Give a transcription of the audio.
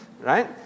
Right